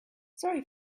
sorry